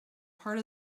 part